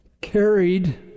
carried